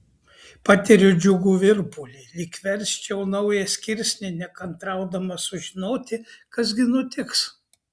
patiriu džiugų virpulį lyg versčiau naują skirsnį nekantraudama sužinoti kas gi nutiks